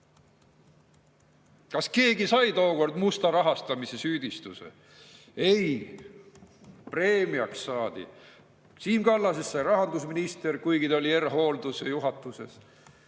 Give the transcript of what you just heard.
Kas keegi sai tookord musta rahastamise süüdistuse? Ei, preemiat saadi. Siim Kallasest sai rahandusminister, kuigi ta oli R-Hoolduse juhatuses;